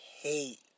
hate